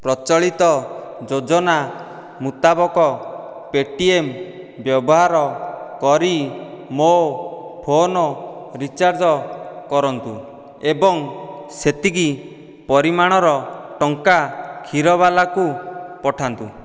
ପ୍ରଚଳିତ ଯୋଜନା ମୁତାବକ ପେ'ଟିଏମ୍ ବ୍ୟବହାର କରି ମୋ ଫୋନ ରିଚାର୍ଜ କରନ୍ତୁ ଏବଂ ସେତିକି ପରିମାଣର ଟଙ୍କା କ୍ଷୀରବାଲାକୁ ପଠାନ୍ତୁ